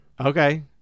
Okay